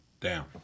down